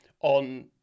on